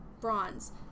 bronze